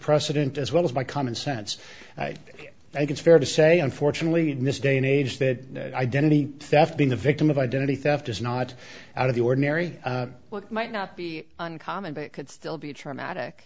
precedent as well as by common sense i think it's fair to say unfortunately in this day and age that identity theft being the victim of identity theft is not out of the ordinary might not be uncommon but it could still be traumatic